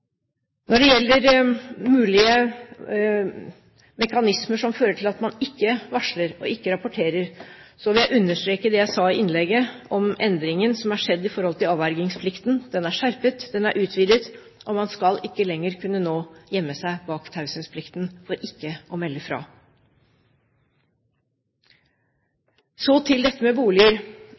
Når det gjelder mulige mekanismer som fører til at man ikke varsler og ikke rapporterer, vil jeg understreke det jeg sa i innlegget om endringen som har skjedd i forhold til avvergingsplikten. Den er skjerpet, den er utvidet, og man skal ikke lenger nå kunne gjemme seg bak taushetsplikten for ikke å melde fra. Så til dette med boliger.